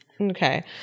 okay